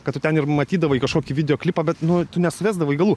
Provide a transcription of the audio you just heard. kad tu ten ir matydavai kažkokį videoklipą bet nu tų nesuvesdavo galų